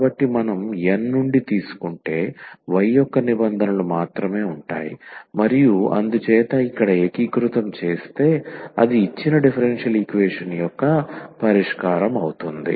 కాబట్టి మనం N నుండి తీసుకుంటే y యొక్క నిబంధనలు మాత్రమే ఉంటాయి మరియు అందుచేత ఇక్కడ ఏకీకృతం చేస్తే అది ఇచ్చిన డిఫరెన్షియల్ ఈక్వేషన్ యొక్క పరిష్కారం అవుతుంది